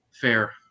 Fair